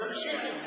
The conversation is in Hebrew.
נמשיך אתך.